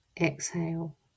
exhale